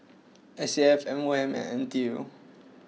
S A F M O M and N T U